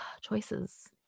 choices